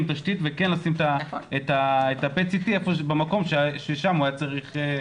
תשתית וכן לשים את ה- PET-CTבמקום ששם הוא היה צריך להיות.